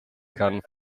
kann